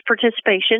participation